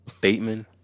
Bateman